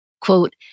Quote